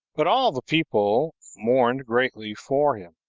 but all the people mourned greatly for him,